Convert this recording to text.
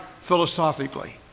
philosophically